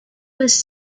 was